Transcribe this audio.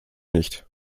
nicht